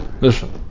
Listen